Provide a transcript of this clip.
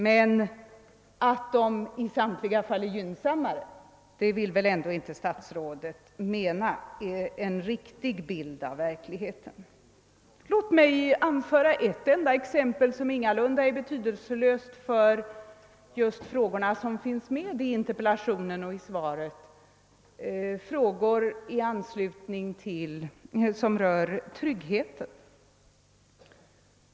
Men statsrådet vill väl inte hävda att det är en riktig bild av verkligheten att påstå att de statliga villkoren i samtliga fall är gynnsammare. Låt mig anföra ett enda exempel, som ingalunda är betydelselöst för de frågor som finns med i interpellationen och i svaret och som rör tryggheten.